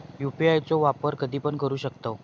UPI चो वापर कधीपण करू शकतव?